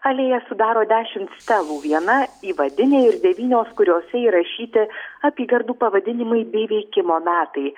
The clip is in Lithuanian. alėją sudaro dešimt stevų viena įvadinė ir devynios kuriose įrašyti apygardų pavadinimai bei veikimo metai